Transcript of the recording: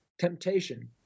temptation